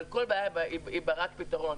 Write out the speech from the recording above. אבל כל בעיה היא בת פתרון.